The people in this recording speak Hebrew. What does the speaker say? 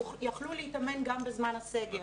יכלו להתאמן גם בזמן הסגר,